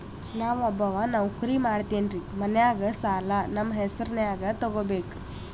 ನಾ ಒಬ್ಬವ ನೌಕ್ರಿ ಮಾಡತೆನ್ರಿ ಮನ್ಯಗ ಸಾಲಾ ನಮ್ ಹೆಸ್ರನ್ಯಾಗ ತೊಗೊಬೇಕ?